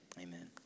amen